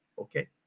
Okay